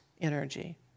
energy